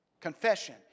confession